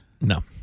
No